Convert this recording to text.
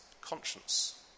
conscience